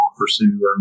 Pursue